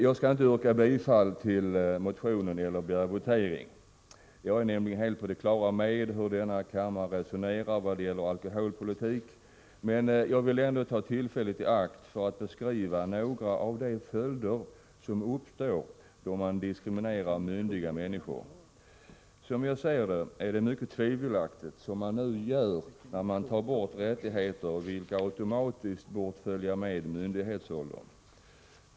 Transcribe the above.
Jag skall inte yrka bifall till motionen eller begära votering. Jag är nämligen helt på det klara med hur denna kammare resonerar när det gäller alkoholpolitik. Men jag vill ändå ta tillfället i akt för att beskriva något av det som blir följden då man diskriminerar myndiga människor. Som jag ser det är det mycket tvivelaktigt att, som man nu gör, ta bort rättigheter som automatiskt bort följa myndighetsåldern.